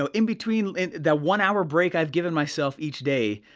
ah in between that one hour break i've given myself each day,